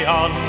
on